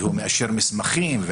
כי הוא מאשר מסמכים,